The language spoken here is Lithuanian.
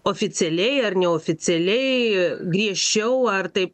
oficialiai ar neoficialiai griežčiau ar tai